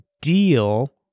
deal